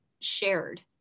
shared